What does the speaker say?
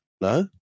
no